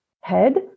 head